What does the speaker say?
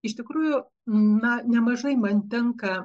iš tikrųjų na nemažai man tenka